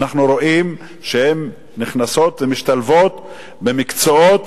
אנחנו רואים שהן נכנסות ומשתלבות במקצועות